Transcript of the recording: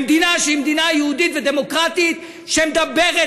במדינה שהיא מדינה יהודית ודמוקרטית שמדברת